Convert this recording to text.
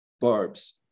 Barbs